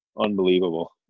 Unbelievable